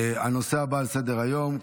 הנושא הבא על סדר-היום,